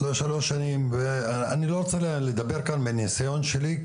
זה שלוש שנים ואני לא רוצה לדבר כאן מניסיון שלי,